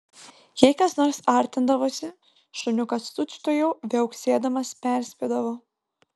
jei kas nors artindavosi šuniukas tučtuojau viauksėdamas perspėdavo